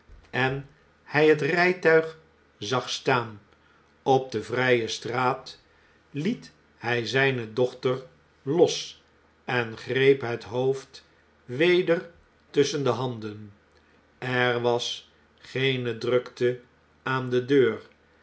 en hg het rijtuig zag staan op de vrge straat liet hg zgne dochter los en greep het hoofd weder tusschen de handen er was geene drukte aan de deur